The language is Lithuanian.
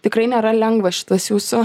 tikrai nėra lengva šitas jūsų